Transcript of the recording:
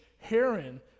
Heron